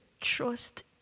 trust